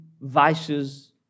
vices